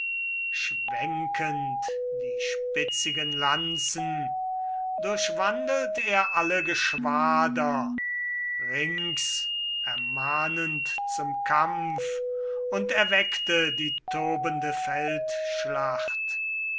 schwenkend die spitzigen lanzen durchwandelt er alle geschwader rings ermahnend zum kampf und erweckte die tobende